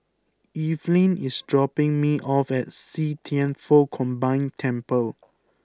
Evelyn is dropping me off at See Thian Foh Combined Temple